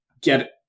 get